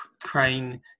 Crane